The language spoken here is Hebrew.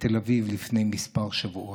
בתל אביב לפני כמה שבועות,